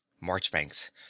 Marchbanks